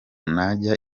najya